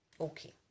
okay